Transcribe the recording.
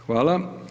Hvala.